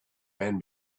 men